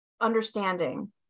understanding